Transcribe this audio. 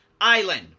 island